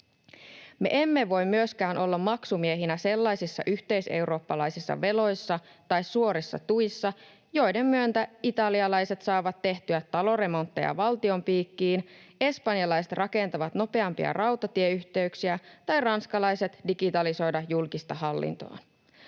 Me emme voi myöskään olla maksumiehinä sellaisissa yhteiseurooppalaisissa veloissa tai suorissa tuissa, joiden myötä italialaiset saavat tehtyä taloremontteja valtion piikkiin, espanjalaiset rakentavat nopeampia rautatieyhteyksiä tai ranskalaiset digitalisoivat julkista hallintoaan.